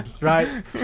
right